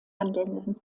handelnden